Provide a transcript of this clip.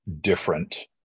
different